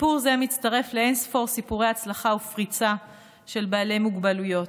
סיפור זה מצטרף לאין-ספור סיפורי הצלחה ופריצה של בעלי מוגבלויות.